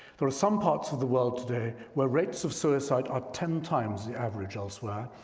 there are some parts of the world today where rates of suicide are ten times the average elsewhere,